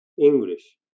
English